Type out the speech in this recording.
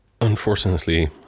Unfortunately